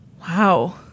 Wow